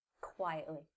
quietly